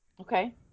Okay